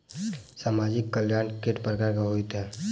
सामाजिक कल्याण केट प्रकार केँ होइ है?